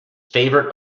favorite